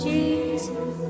Jesus